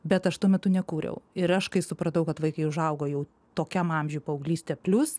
bet aš tuo metu nekūriau ir aš kai supratau kad vaikai užaugo jau tokiam amžiui paauglystė plius